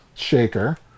shaker